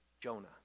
Jonah